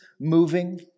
moving